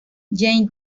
jane